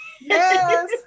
yes